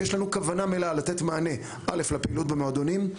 ויש לנו כוונה מלאה לתת מענה לפעילות במועדונים,